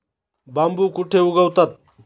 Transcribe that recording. बांबू कुठे उगवतात?